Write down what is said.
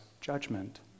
judgment